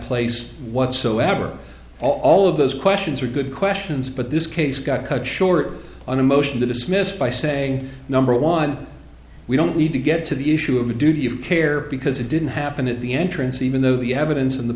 place whatsoever all of those questions are good questions but this case got cut short on a motion to dismiss by saying number one we don't need to get to the issue of the duty of care because it didn't happen at the entrance even though the evidence in the